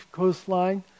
coastline